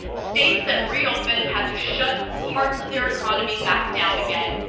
states that reopened had to shut parts of their economy back down again,